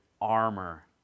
armor